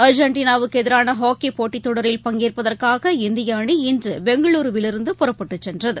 அர்ஜென்டனாவுக்குஎதிரானஹாக்கிப் தொடரில் பங்கேற்பதற்காக இந்தியஅனி இன்றுபெங்களுருவிலிருந்து புறப்பட்டுசென்றது